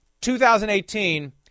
2018